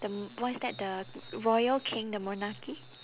the m~ what is that the royal king the monarchy